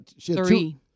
Three